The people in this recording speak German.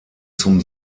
zum